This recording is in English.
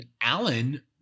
Alan